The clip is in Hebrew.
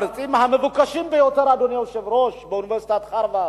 המרצים המבוקשים ביותר באוניברסיטת הרווארד,